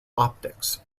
optics